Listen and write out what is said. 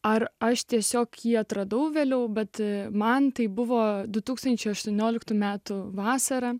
ar aš tiesiog jį atradau vėliau bet man tai buvo du tūkstančiai aštuonioliktų metų vasarą